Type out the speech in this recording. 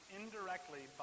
indirectly